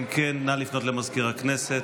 אם כן, נא לפנות למזכיר הכנסת.